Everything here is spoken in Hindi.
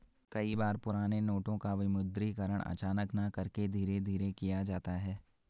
कई बार पुराने नोटों का विमुद्रीकरण अचानक न करके धीरे धीरे किया जाता है